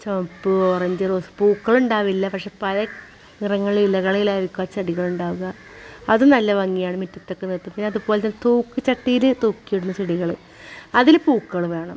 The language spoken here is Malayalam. ചുവപ്പ് ഓറഞ്ച് റോസ് പൂക്കൾ ഉണ്ടാകില്ല പക്ഷേ പല നിറങ്ങൾ ഇലകളിലായിരിക്കുക ചെടികൾ ഉണ്ടാകുക അത് നല്ല ഭംഗിയാണ് മുറ്റത്തിനടുത്ത് പിന്നെ അതു പോലെ തന്നെ തൂക്കു ചട്ടിയിൽ തൂക്കിയിടുന്ന ചെടികൾ അതിൽ പൂക്കൾ വേണം